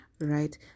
right